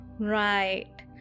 Right